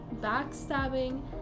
backstabbing